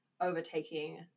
overtaking